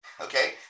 Okay